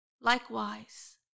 Likewise